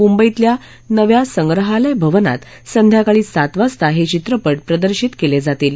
मुंबईतल्या नव्या संप्रहालय भवनात संध्याकाळी सात वाजता हे चित्रपट प्रदर्शित केले जातील